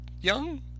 young